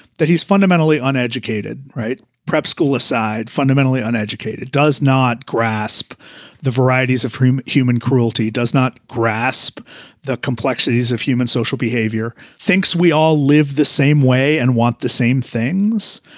that he's fundamentally uneducated, right? prep school aside, fundamentally uneducated, does not grasp the varieties of human cruelty, does not grasp the complexities of human social behavior, thinks we all live the same way and want the same things.